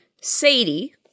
Sadie